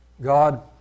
God